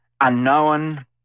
unknown